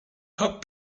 hop